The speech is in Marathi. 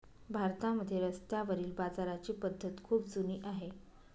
भारतामध्ये रस्त्यावरील बाजाराची पद्धत खूप जुनी आहे